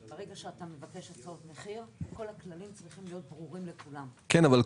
ברגע שאתה מבקש הצעות מחיר כל הכללים צריכים להיות ברורים לכולם.